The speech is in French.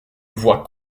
voit